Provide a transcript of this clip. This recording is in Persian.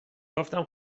گفتم